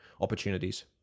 opportunities